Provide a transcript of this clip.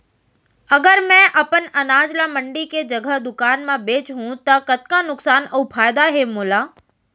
अगर मैं अपन अनाज ला मंडी के जगह दुकान म बेचहूँ त कतका नुकसान अऊ फायदा हे मोला?